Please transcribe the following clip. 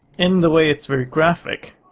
in the way it's very graphic,